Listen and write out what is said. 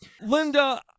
linda